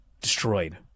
destroyed